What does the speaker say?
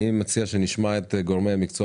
אני מציע שנשמע את גורמי המקצוע,